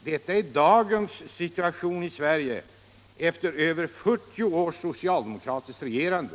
Detta är dagens situation i Sverige efter över 40 års socialdemokratiskt regerande.